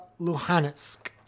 Luhansk